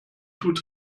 tut